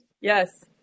Yes